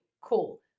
Cool